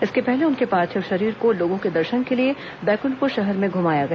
इसके पहले उनके पार्थिव शरीर को लोगों के दर्शन के लिए बैकंठप्र शहर में घुमाया गया